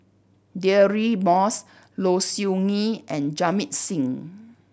Deirdre Moss Low Siew Nghee and Jamit Singh